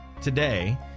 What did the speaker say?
today